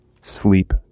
sleep